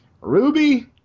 Ruby